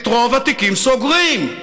את רוב התיקים סוגרים.